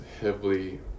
heavily